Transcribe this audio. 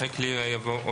אחרי "כלי ירייה"